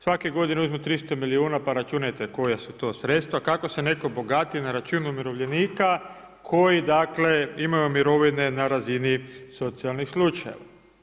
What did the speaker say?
Svake godine uzmu 300 milijuna pa računajte koja su to sredstva, kako se netko bogati na račun umirovljenika koji dakle, imaju mirovine na razini socijalnih slučajeva.